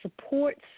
supports